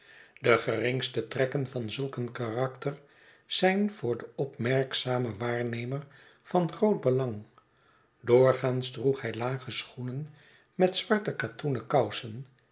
de geringste trekken van zulk een karakter zijn voor den opmerkzamen waarnemer van groot belang doorgaans droeg hij lage schoenen met zwarte katoenen